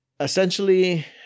Essentially